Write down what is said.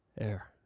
air